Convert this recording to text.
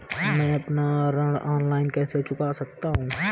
मैं अपना ऋण ऑनलाइन कैसे चुका सकता हूँ?